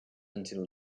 until